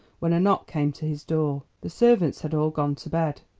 when a knock came to his door. the servants had all gone to bed,